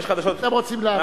אתם רוצים להאריך.